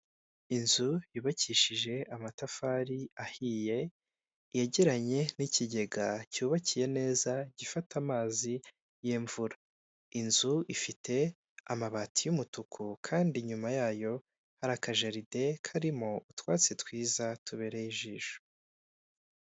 Inzu yubakishije amatafari ahiye, yegeranye n'ikigega cyubakiye neza, gifata amazi y'imvura. Inzu ifite amabati y'umutuku kandi inyuma yayo hari akajaride karimo utwatsi twiza, tubereye ijisho.